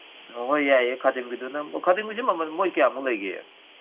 ꯑꯣ ꯍꯣꯏ ꯌꯥꯏꯌꯦ ꯈꯥꯗꯤꯝꯒꯤꯗꯨꯅ ꯈꯥꯗꯤꯝꯒꯤꯁꯤ ꯃꯃꯟ ꯃꯣꯏ ꯀꯌꯥꯃꯨꯛ ꯂꯩꯒꯦ